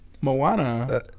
Moana